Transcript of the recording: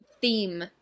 theme